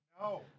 No